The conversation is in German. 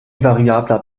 variabler